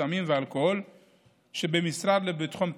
סמים ואלכוהול שבמשרד לביטחון פנים,